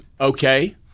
okay